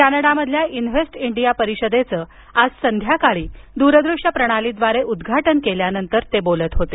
कॅनडामधील invest India परिषदेचं आज संध्याकाळी दूरदूश्य प्रणालीद्वारे उद्घाटन केल्यानंतर ते बोलत होते